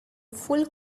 full